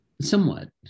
somewhat